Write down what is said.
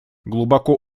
глубоко